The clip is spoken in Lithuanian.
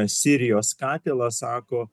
sirijos katilą sako